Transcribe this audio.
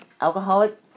alcoholic